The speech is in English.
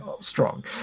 strong